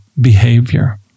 behavior